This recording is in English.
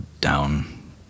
down